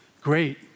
great